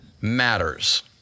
matters